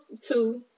two